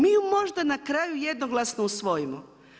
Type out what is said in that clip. Mi ju možda na kraju jednoglasno usvojimo.